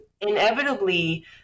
inevitably